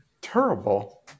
terrible